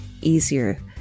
easier